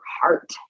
heart